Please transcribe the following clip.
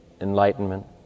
enlightenment